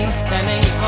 standing